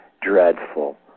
dreadful